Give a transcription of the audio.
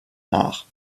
nach